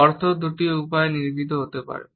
অর্থ দুটি উপায়ে নির্মিত হতে পারে